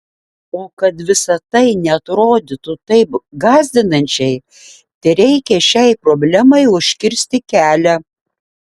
o kad visa tai neatrodytų taip gąsdinančiai tereikia šiai problemai užkirsti kelią